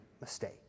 mistake